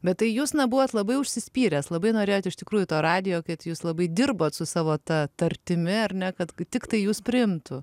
bet tai jūs na buvot labai užsispyręs labai norėjot iš tikrųjų to radijo kad jūs labai dirbot su savo ta tartimi ar ne kad tiktai jus priimtų